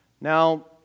Now